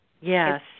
Yes